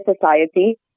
society